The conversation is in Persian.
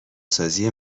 سازی